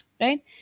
right